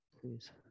please